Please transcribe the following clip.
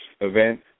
event